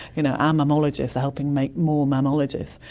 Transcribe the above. you know ah mammalogists are helping make more mammalogists.